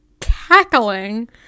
cackling